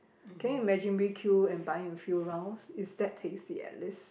can you imagine requeue and buying a few rounds it's that tasty at least